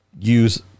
use